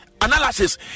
Analysis